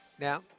Now